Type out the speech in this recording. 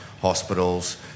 hospitals